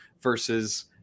versus